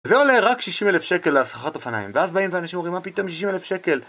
זה עולה רק שישים אלף שקל להשכרת אופניים ואז באים ואנשים אומרים מה פתאום שישים אלף שקל